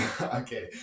Okay